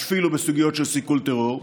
ואפילו בסוגיות של סיכול טרור.